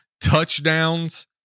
touchdowns